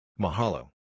Mahalo